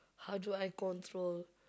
how do I control